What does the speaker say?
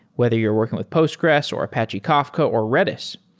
whether you're working with postgres, or apache kafka, or redis,